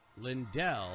Lindell